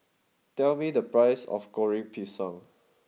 tell me the price of Goreng Pisang